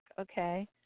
okay